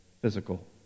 physical